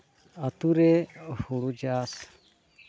ᱟᱹᱛᱩ ᱨᱮ ᱦᱩᱲᱩ ᱪᱟᱥ